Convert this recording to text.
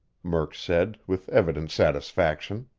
murk said, with evident satisfaction.